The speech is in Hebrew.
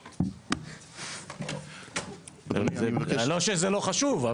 לא שזה לא חשוב,